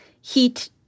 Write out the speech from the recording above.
heat